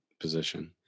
position